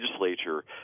legislature